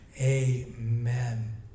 amen